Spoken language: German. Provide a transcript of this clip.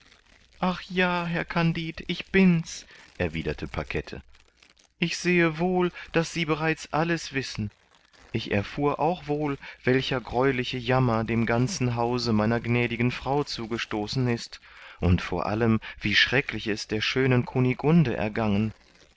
ach ja herr kandid ich bin's erwiderte pakette ich sehe wohl daß sie bereits alles wissen ich erfuhr auch wohl welcher gräuliche jammer dem ganzen hause meiner gnädigen frau zugestoßen ist und vor allem wie schrecklich es der schönen kunigunde ergangen